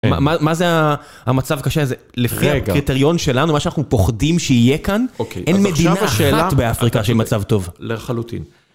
מה זה המצב הקשה הזה? לפי הקריטריון שלנו, מה שאנחנו פוחדים שיהיה כאן, אין מדינה אחת באפריקה שהיא מצב טוב. לחלוטין.